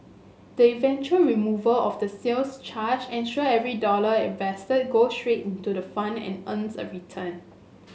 the eventual removal of the sales charge ensure every dollar invested goes straight into the fund and earns a return